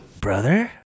brother